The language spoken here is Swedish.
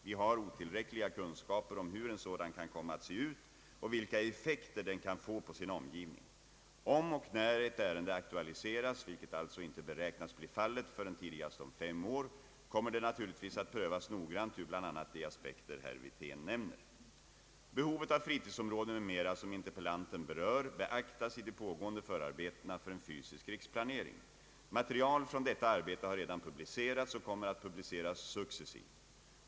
Vi har otillräckliga kunskaper om hur en sådan kan komma att se ut och vilka effekter den kan få på sin omgivning. Om och när ett ärende aktualiseras, vilket alltså inte beräknas bli fallet förrän tidigast om fem år, kommer det naturligtvis att prövas noggrant ur bl.a. de aspekter herr Wirtén nämner. Behovet av fritidsområden m.m. som interpellanten berör beaktas i de pågående förarbetena för en fysisk riksplanering. Material från detta arbete har redan publicerats och kommer att publiceras successivt.